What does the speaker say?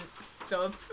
stop